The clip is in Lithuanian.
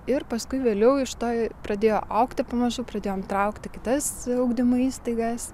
ir paskui vėliau iš to pradėjo augti pamažu pradėjome traukti kitas ugdymo įstaigas